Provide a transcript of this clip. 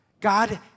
God